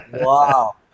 wow